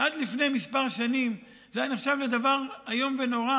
שעד לפני כמה שנים זה נחשב לדבר איום ונורא